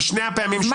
בשתי הפעמים שהוא עבר.